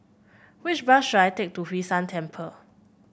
which bus should I take to Hwee San Temple